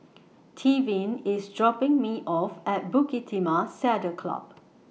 Tevin IS dropping Me off At Bukit Timah Saddle Club